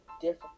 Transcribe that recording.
different